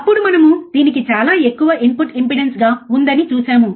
అప్పుడు మనము దీనికి చాలా ఎక్కువ ఇన్పుట్ ఇంపెడెన్స్గా ఉందని చూసాము